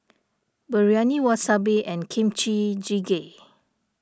Biryani Wasabi and Kimchi Jjigae